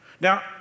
Now